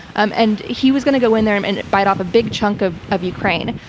um and he was going to go in there um and bite off a big chunk of of ukraine.